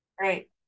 Right